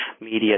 media